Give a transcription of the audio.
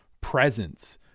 presence